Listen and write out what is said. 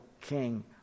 king